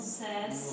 says